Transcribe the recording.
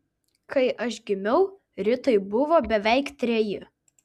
kai aš gimiau ritai buvo beveik treji